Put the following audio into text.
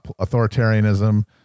authoritarianism